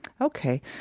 Okay